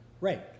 Right